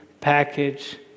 package